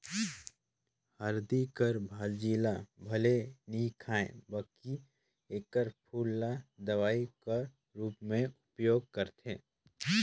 हरदी कर भाजी ल भले नी खांए बकि एकर फूल ल दवई कर रूप में उपयोग करथे